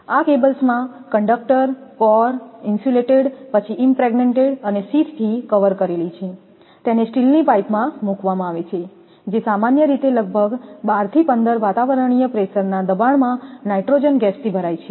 આ કેબલ્સમાં conductor core insulated પછી ઈમપ્રેગ્નેટેડ અને શીથથી કવર કરેલી છે છે તેને સ્ટીલની પાઇપમાં મૂકવામાં આવે છે જે સામાન્ય રીતે લગભગ 12 થી 15 વાતાવરણીય પ્રેશરના દબાણમાં નાઇટ્રોજન ગેસ થી ભરાય છે